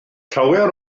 llawer